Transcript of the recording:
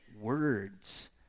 words